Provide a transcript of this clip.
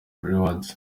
rewards